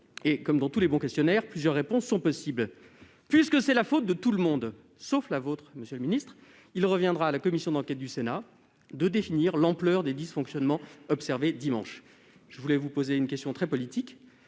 ; comme dans tous les bons questionnaires, plusieurs réponses sont possibles. Puisque c'est la faute de tout le monde, sauf la vôtre, monsieur le ministre, il reviendra à la commission d'enquête du Sénat de définir l'ampleur des dysfonctionnements observés dimanche. Dans cette attente, je vous poserai une question très politique